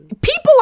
People